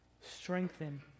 strengthen